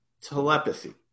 telepathy